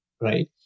right